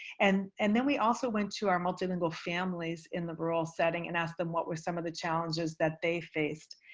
and and then we also went to our multilingual families in the rural setting and asked them, what were some of the challenges that they faced?